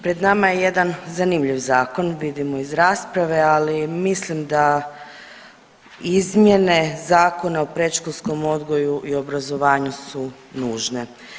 Pred nama je jedan zanimljiv zakon vidimo iz rasprave, ali mislim da izmjene Zakona o predškolskom odgoju i obrazovanju su nužne.